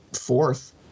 fourth